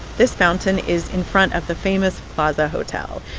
this fountain is in front of the famous plaza hotel.